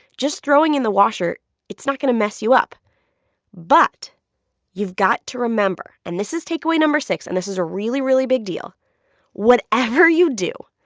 just throwing in the washer it's not going to mess you up but you've got to remember and this is takeaway no. six, and this is a really, really big deal whatever you do,